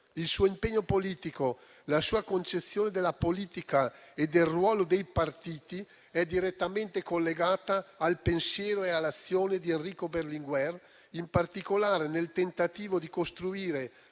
Il suo impegno politico e la sua concezione della politica e del ruolo dei partiti solo direttamente collegati al pensiero e all'azione di Enrico Berlinguer, in particolare nel tentativo di costruire,